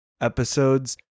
episodes